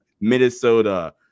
Minnesota